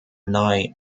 nigh